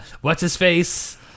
What's-His-Face